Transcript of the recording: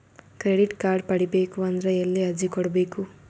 Credit card ಪಡಿಬೇಕು ಅಂದ್ರ ಎಲ್ಲಿ ಅರ್ಜಿ ಕೊಡಬೇಕು?